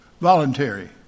voluntary